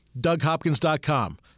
DougHopkins.com